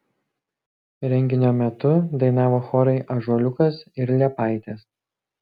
renginio metu dainavo chorai ąžuoliukas ir liepaitės